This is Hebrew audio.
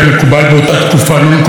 נון-קונפורמיסט,